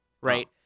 right